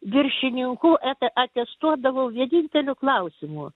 viršininkų et atestuodavo vieninteliu klausimu